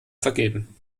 vergeben